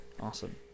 awesome